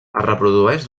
reprodueix